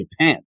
Japan